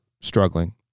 struggling